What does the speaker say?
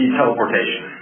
teleportation